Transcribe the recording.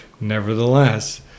nevertheless